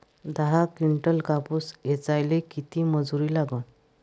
दहा किंटल कापूस ऐचायले किती मजूरी लागन?